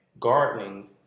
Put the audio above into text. Gardening